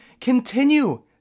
continue